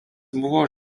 buvo